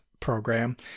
program